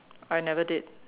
I never did